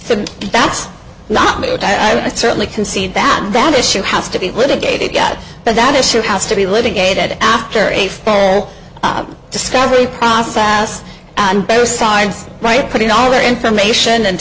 said that's not me but i certainly concede that that issue has to be litigated yet but that issue has to be litigated after a discovery process and both sides right putting all their information and